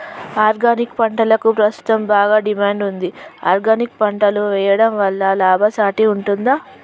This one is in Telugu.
ఆర్గానిక్ పంటలకు ప్రస్తుతం బాగా డిమాండ్ ఉంది ఆర్గానిక్ పంటలు వేయడం వల్ల లాభసాటి ఉంటుందా?